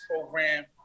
program